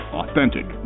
authentic